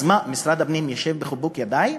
אז מה, משרד הפנים ישב בחיבוק ידיים?